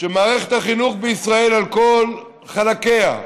שמערכת החינוך בישראל, על כל חלקיה,